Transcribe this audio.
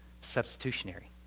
substitutionary